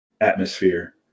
atmosphere